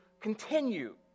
continue